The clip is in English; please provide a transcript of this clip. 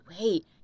Wait